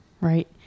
right